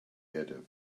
erde